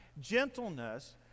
Gentleness